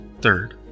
Third